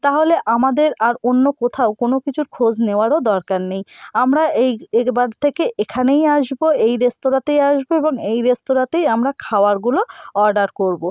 তাহলে আমাদের আর অন্য কোথাও কোনো কিছুর খোঁজ নেওয়ারও দরকার নেই আমরা এই এবার থেকে এখানেই আসবো এই রেস্তোরাঁতেই আসবো এবং এই রেস্তোরাঁতেই আমরা খাওয়ারগুলো অর্ডার করবো